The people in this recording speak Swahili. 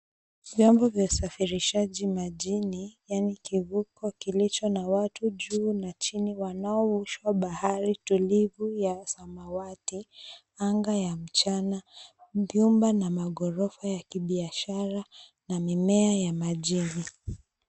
Vyombo vya usafirishaji majini yani kivuko kilicho na watu juu na chini wanaovushwa bahari tulivu ya samawati anga ya mchana, vyumba na maghorofa ya kibiashara na mimea ya majini.